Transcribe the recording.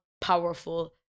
powerful